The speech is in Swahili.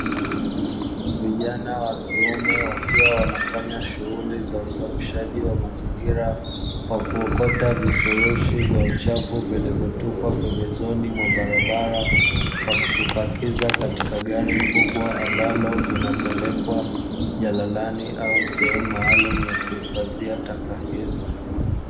Vijana wa kiume wakiwa wanafanya shunghuli za usafisha mazingira kwa kuokota vifurushi vya uchafu, vilivyotupwa pembezoni mwa barabara, wakivipakiza katika gari kubwa ambalo vinapelekwa jalalani au sehemu maalumu yakuhifadhiwa taka hizo .